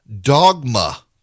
dogma